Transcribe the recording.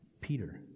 Peter